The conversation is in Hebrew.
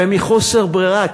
ומחוסר ברירה,